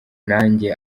nanjye